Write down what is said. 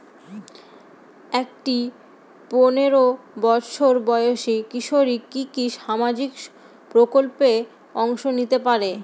একটি পোনেরো বছর বয়সি কিশোরী কি কি সামাজিক প্রকল্পে অংশ নিতে পারে?